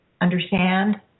understand